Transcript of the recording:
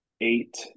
eight